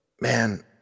man